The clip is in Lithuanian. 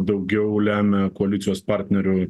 daugiau lemia koalicijos partnerių